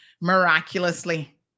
miraculously